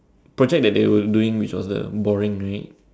project that they were doing which was uh boring right